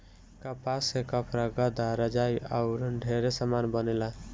कपास से कपड़ा, गद्दा, रजाई आउर ढेरे समान बनेला